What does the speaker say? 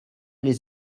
les